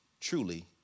truly